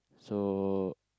so